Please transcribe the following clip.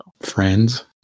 Friends